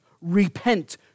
Repent